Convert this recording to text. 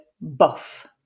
buff